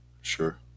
sure